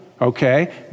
Okay